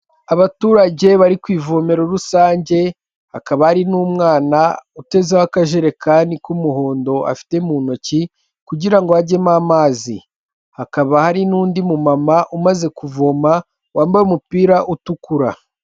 Abaturage bari ku ivome rusange hakaba hari n'umwana uteze akajerekani k'umuhondo afite mu ntoki kugirango ngo hajyemo amazi hakaba hari n'undi mu mumama umaze kuvoma wambaye umupira utukura.